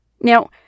Now